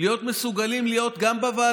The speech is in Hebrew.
נא לשבת.